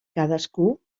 cadascú